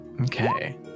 Okay